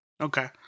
Okay